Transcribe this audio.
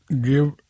give